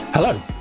Hello